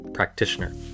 practitioner